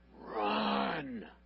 run